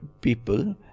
people